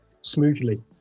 smoothly